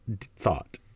thought